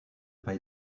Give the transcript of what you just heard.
pas